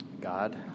God